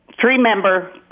three-member